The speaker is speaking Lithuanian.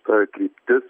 ta kryptis